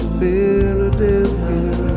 Philadelphia